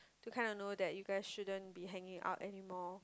to kind of know that you guys shouldn't be hanging out anymore